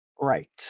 Right